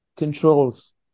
controls